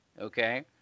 okay